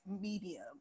medium